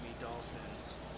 Dolphins